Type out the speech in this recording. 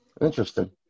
Interesting